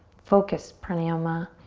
focused pranayama,